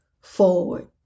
forward